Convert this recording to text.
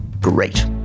Great